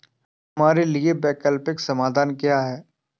हमारे लिए वैकल्पिक समाधान क्या है?